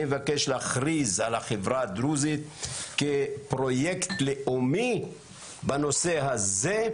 אני מבקש להכריז על החברה הדרוזית כפרויקט לאומי בנושא הזה,